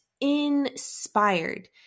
inspired